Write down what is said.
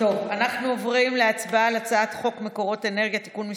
אנחנו עוברים להצבעה על הצעת חוק מקורות אנרגיה (תיקון מס'